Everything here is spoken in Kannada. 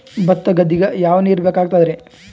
ಭತ್ತ ಗದ್ದಿಗ ಯಾವ ನೀರ್ ಬೇಕಾಗತದರೀ?